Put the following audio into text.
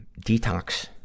detox